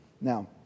now